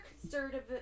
conservative